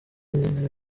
nyene